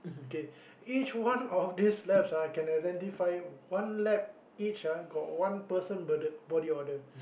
okay each one of these labs ah I can identify one lab each ah got one person burden body odour